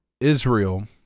Israel